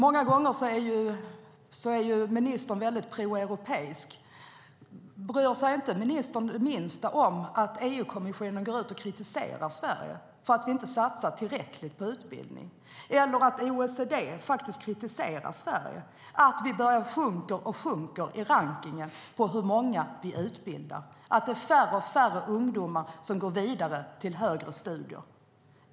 Många gånger är ministern väldigt proeuropeisk. Bryr sig inte ministern det minsta om att EU-kommissionen går ut och kritiserar Sverige för att vi inte satsar tillräckligt på utbildning eller att OECD kritiserar Sverige för att vi sjunker och sjunker i rankningen över hur många som utbildas? Det är färre och färre ungdomar som går vidare till högre studier.